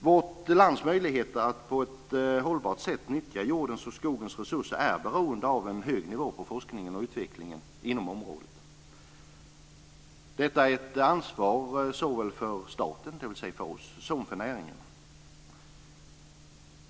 Vårt lands möjligheter att på ett hållbart sätt nyttja jordens och skogens resurser är beroende av en hög nivå på forskningen och utvecklingen inom området. Detta är ett ansvar såväl för staten, dvs. för oss, som för näringen.